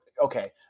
okay